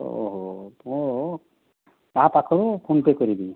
ଓ ହୋ ମୁଁ ତା ପାଖରୁ ଫୋନ୍ପେ' କରିବି